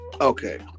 Okay